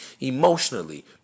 emotionally